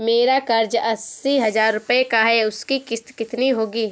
मेरा कर्ज अस्सी हज़ार रुपये का है उसकी किश्त कितनी होगी?